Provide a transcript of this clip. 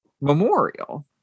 memorial